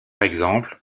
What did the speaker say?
exemple